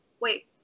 wait